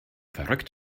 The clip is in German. verrückt